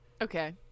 Okay